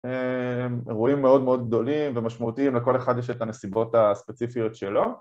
אירועים מאוד מאוד גדולים ומשמעותיים, לכל אחד יש את הנסיבות הספציפיות שלו